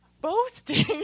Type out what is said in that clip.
boasting